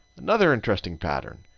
another interesting pattern.